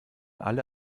alle